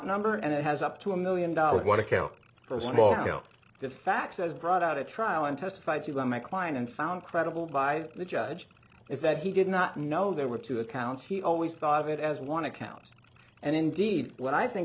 number and it has up to a million dollars what accounts for the facts as brought out a trial and testified to by my client and found credible by the judge is that he did not know there were two accounts he always thought of it as want to count and indeed what i think